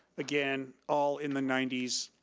again, all in the ninety s,